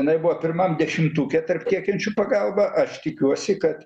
jinai buvo pirmam dešimtuke tarp tiekiančių pagalbą aš tikiuosi kad